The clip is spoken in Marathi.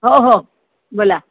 हो हो बोला